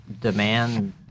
demand